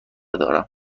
دارم